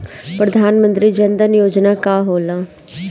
प्रधानमंत्री जन धन योजना का होला?